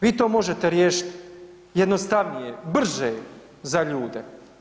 Vi to možete riješiti jednostavnije, brže za ljude.